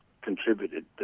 contributed